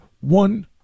one